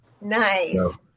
Nice